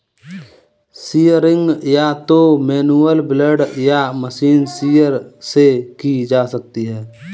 shearing या तो manual blade या मशीन शीयर से की जा सकती है